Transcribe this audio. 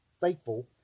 faithful